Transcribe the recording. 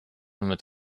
mit